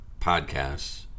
podcasts